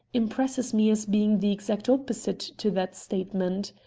impresses me as being the exact opposite to that statement.